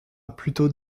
plutôt